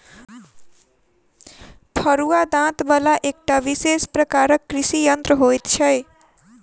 फरूआ दाँत बला एकटा विशेष प्रकारक कृषि यंत्र होइत छै